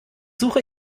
suche